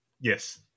Yes